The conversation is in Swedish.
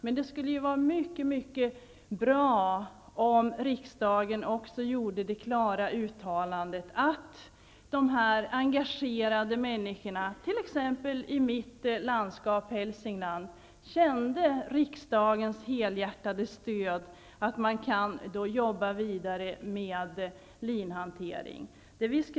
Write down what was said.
Men det skulle vara mycket bra om riksdagen gjorde ett klart uttalande om att dessa engagerade människor, t.ex. i mitt landskap Hälsingland, kände riksdagens helhjärtade stöd att de kan jobba vidare med linhantering.